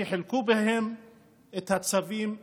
שחילקו בהם את הצווים היום.